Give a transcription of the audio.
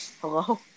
Hello